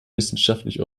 wissenschaftlich